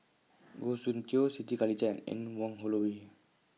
Goh Soon Tioe Siti Khalijah and Anne Wong Holloway